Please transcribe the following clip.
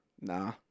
Nah